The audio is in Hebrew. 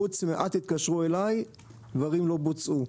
חוץ מ-"אל תתקשרו אליי" דברים לא בוצעו.